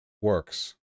works